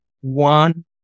one